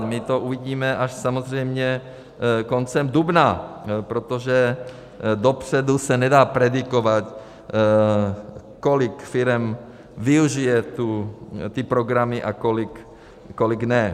My to uvidíme až samozřejmě koncem dubna, protože dopředu se nedá predikovat, kolik firem využije ty programy a kolik ne.